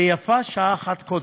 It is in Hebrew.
ויפה שעה אחת קודם.